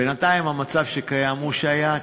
בינתיים המצב שקיים הוא זה שהיה.